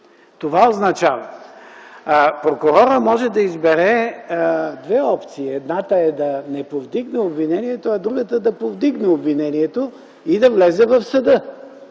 Това означава. Прокурорът може да избере две опции: едната е да не повдигне обвинението, а другата – да повдигне обвинението, и да влезе в съда.